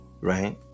right